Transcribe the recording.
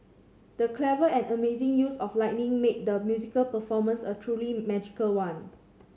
the clever and amazing use of lighting made the musical performance a truly magical one